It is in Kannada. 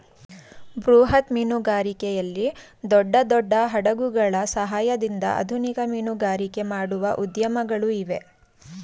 ಬೃಹತ್ ಮೀನುಗಾರಿಕೆಯಲ್ಲಿ ದೊಡ್ಡ ದೊಡ್ಡ ಹಡಗುಗಳ ಸಹಾಯದಿಂದ ಆಧುನಿಕ ಮೀನುಗಾರಿಕೆ ಮಾಡುವ ಉದ್ಯಮಗಳು ಇವೆ